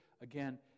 again